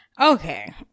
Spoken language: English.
okay